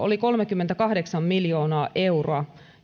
oli kolmekymmentäkahdeksan miljoonaa euroa